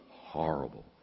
horrible